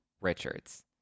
Richards